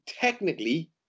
technically